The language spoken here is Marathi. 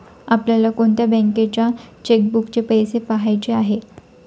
आपल्याला कोणत्या बँकेच्या चेकबुकचे पैसे पहायचे आहे?